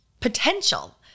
potential